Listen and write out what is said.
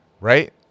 right